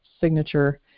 signature